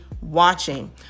Watching